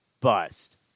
bust